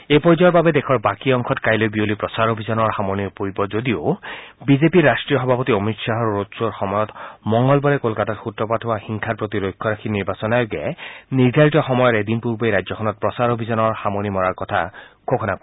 এই পৰ্যায়ৰ বাবে দেশৰ বাকী অংশত কাইলৈ বিয়লি প্ৰচাৰ অভিযানৰ সামৰণি যদিও বিজেপিৰ ৰাষ্ট্ৰীয় সভাপতি অমিত শ্বাহৰ ৰোডশ্বৰ সময়ত যোৱা মঙলবাৰে কলকাতাত সূত্ৰপাত হোৱা হিংসাৰ প্ৰতি লক্ষ্য ৰাখি নিৰ্বাচন আয়োগে নিৰ্ধাৰিত সময়ৰ এদিন পূৰ্বেই ৰাজ্যখনত প্ৰচাৰ অভিযানৰ সামৰণি মৰাৰ কথা ঘোষণা কৰে